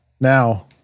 Now